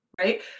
right